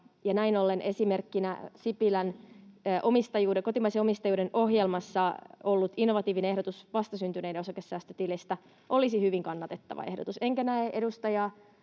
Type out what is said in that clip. näin ollen esimerkkinä Sipilän kotimaisen omistajuuden ohjelmassa ollut innovatiivinen ehdotus vastasyntyneiden osakesäästötilistä olisi hyvin kannatettava ehdotus. En näe edustaja